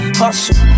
hustle